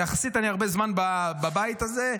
ויחסית אני הרבה זמן בבית הזה,